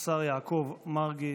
השר יעקב מרגי.